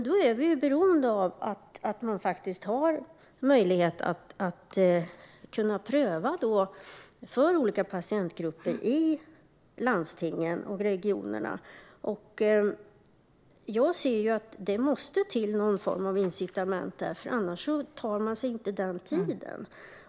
Då är vi ju beroende av att man faktiskt har möjlighet att göra läkemedelsprövningar för olika patientgrupper i landstingen och regionerna. Jag ser att det behövs någon form av incitament där, för annars tar man sig inte den tiden.